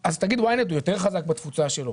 אז נגיד ש- YNET הוא יותר חזק בתפוצה שלו,